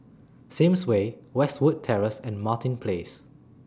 Sims Way Westwood Terrace and Martin Place